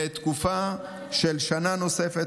לתקופה של שנה נוספת,